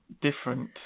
different